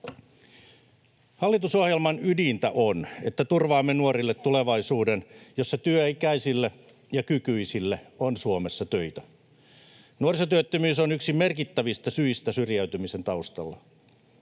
Hallitusohjelman ydintä on, että turvaamme nuorille tulevaisuuden, jossa työikäisille ja -kykyisille on Suomessa töitä. Nuorisotyöttömyys on yksi merkittävistä syistä syrjäytymisen taustalla.